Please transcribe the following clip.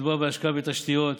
מדובר בהשקעה בתשתיות,